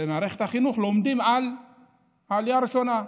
במערכת החינוך לומדים על העלייה הראשונה,